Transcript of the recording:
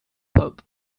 pope